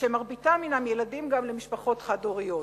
שמרביתם הם ילדים למשפחות חד-הוריות.